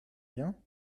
bien